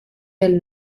del